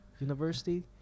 University